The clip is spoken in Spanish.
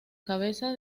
cabeza